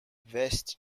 west